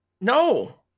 no